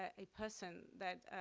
ah a person that,